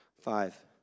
five